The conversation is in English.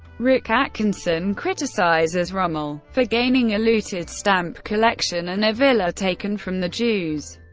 rick atkinson criticizes rommel for gaining a looted stamp collection and a villa taken from the jews.